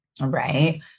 Right